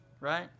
Right